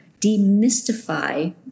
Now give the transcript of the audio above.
demystify